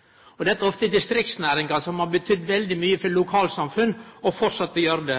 industri. Dette er ofte distriktsnæringar som har betydd veldig mykje for lokalsamfunn, og framleis vil gjere det.